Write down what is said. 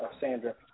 Sandra